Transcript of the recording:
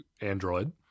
Android